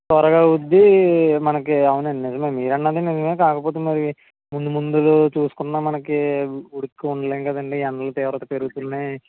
త్వరగా అవ్వుద్ది మనకి అవునండీ నిజమే మీరు అన్నది నిజమే కాకపోతే మరి ముందు ముందు చూసుకున్నా మనకి ఉడుకుకి ఉండలేం కదండీ ఎండల తీవ్రత పెరుగుతున్నాయి